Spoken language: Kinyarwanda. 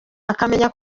akamenya